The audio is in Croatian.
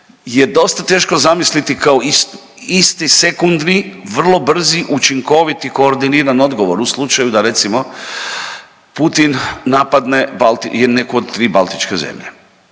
je dosta teško zamisliti kao isti sekundni, vrlo brzi, učinkovit i koordiniran odgovor u slučaju da recimo Putin napadne balt…, neku od 3 baltičke zemlje.